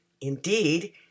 Indeed